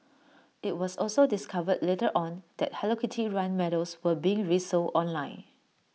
IT was also discovered later on that hello kitty run medals were being resold online